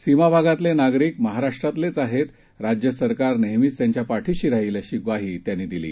सीमाभागातलेनागरिकमहाराष्ट्रातलेचआहेत राज्यसरकारनेहमीचत्यांच्यापाठीशीराहीलअशीग्वाहीत्यांनीदिली